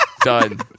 Done